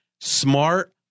smart